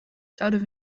zouden